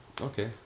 Okay